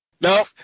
No